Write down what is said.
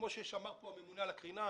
כפי שאמר פה הממונה על הקרינה,